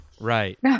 right